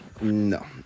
no